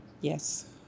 Yes